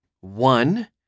One